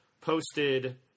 posted